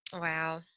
Wow